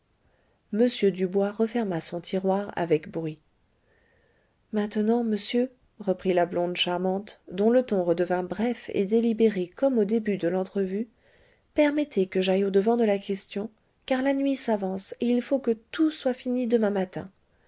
m dubois referma son tiroir avec bruit maintenant monsieur reprit la blonde charmante dont le ton redevint bref et délibéré comme au début de l'entrevue permettez que j'aille au-devant de la question car la nuit s'avance et il faut que tout soit fini demain matin